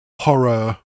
horror